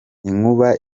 inkuba